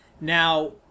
now